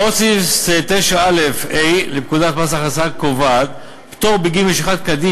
הוראת סעיף 9א(ה) לפקודת מס הכנסה קובעת פטור בגין משיכה כדין